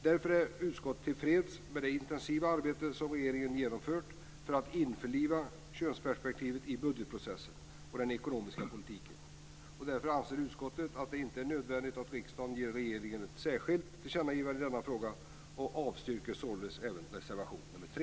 Därför är utskottet tillfreds med det intensiva arbete som regeringen genomfört för att införliva könsperspektivet i budgetprocessen och den ekonomiska politiken. Därför anser utskottet att det inte är nödvändigt att riksdagen ger regeringen ett särskilt tillkännagivande i denna fråga och avstyrker således även reservation nr 3.